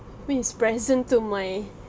which is present to my